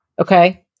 Okay